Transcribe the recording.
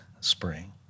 spring